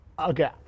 Okay